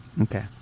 Okay